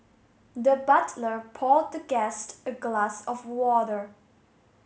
the butler poured the guest a glass of water